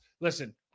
Listen